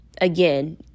Again